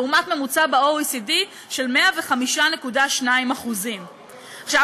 לעומת ממוצע ב-OECD של 105.2%. עכשיו,